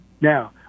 Now